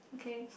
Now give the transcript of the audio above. okay